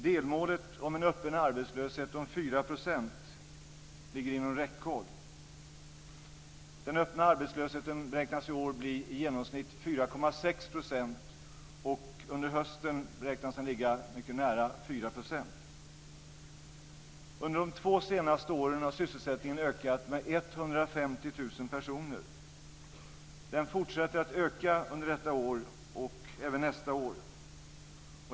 Delmålet om en öppen arbetslöshet om 4 % ligger inom räckhåll. Den öppna arbetslösheten beräknas i år bli i genomsnitt 4,6 %, och under hösten beräknas den ligga mycket nära 4 %. Under de två senaste åren har sysselsättningen ökat med 150 000 personer. Den fortsätter att öka under detta år och även nästa år.